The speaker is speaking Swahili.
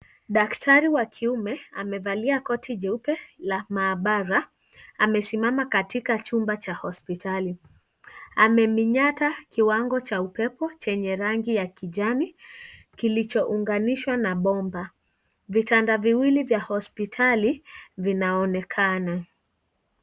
Daktari wa kiume amevalia koti jeupe la maabara. Amesimama katika chumba cha hospitali. Ameminyata kiwango cha upepo chenye rangi ya kijani kilichounganishwa na bomba. Vitanda viwili vya hospitali vinaonekana.